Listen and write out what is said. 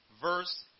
verse